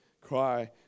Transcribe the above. Cry